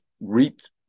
reaped